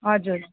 हजुर